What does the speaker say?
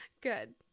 good